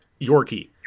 Yorkie